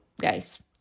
guys